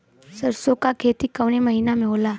सरसों का खेती कवने महीना में होला?